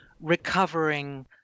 recovering